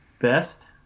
best